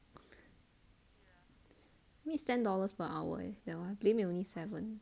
meets ten dollars per hour leh playmade only seven